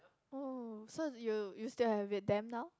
oh so you you still have with them now